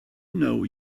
know